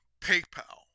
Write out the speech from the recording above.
PayPal